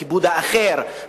כיבוד האחר,